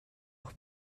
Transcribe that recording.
noch